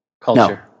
Culture